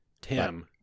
Tim